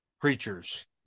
preachers